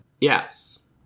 Yes